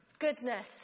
goodness